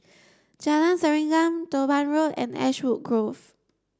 Jalan Serengam Durban Road and Ashwood Grove